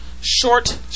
short